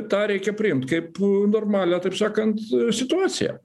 tą reikia priimt kaip normalią taip sakant situaciją